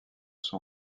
son